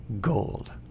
gold